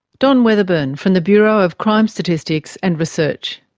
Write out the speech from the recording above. don weatherburn, from the bureau of crime statistics and research.